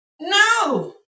No